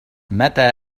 متى